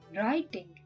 Writing